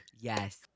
Yes